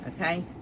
Okay